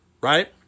right